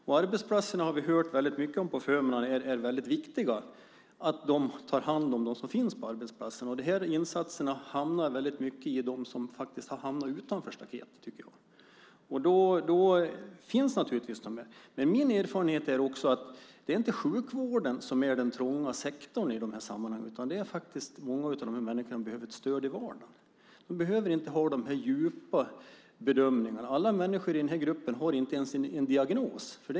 Vi har på förmiddagen hört mycket om att det är väldigt viktigt att arbetsplatserna tar hand om dem som finns där. De här insatserna hamnar väldigt mycket hos dem som är utanför staketet. De finns naturligtvis med. Min erfarenhet är att det inte är sjukvården som är den trånga sektorn i de här sammanhangen, utan många av dessa människor behöver ett stöd i vardagen. De behöver inte ha de djupa bedömningarna. Inte alla i den här gruppen har ens en diagnos.